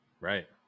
Right